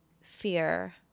fear